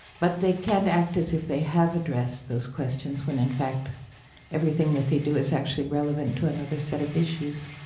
but they can't act as if they have addressed those questions when in fact everything that they do is actually relevant to another set of issues